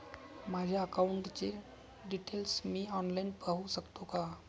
माझ्या अकाउंटचे डिटेल्स मी ऑनलाईन पाहू शकतो का?